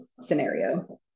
scenario